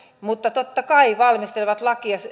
mutta totta kai valmistelevat